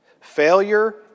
failure